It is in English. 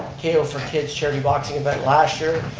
ko for kids charity boxing event last year,